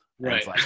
Right